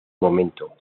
momento